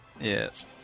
yes